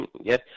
Yes